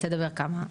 תגיד כמה מילים.